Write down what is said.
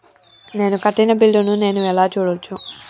నేను కట్టిన బిల్లు ను నేను ఎలా చూడచ్చు?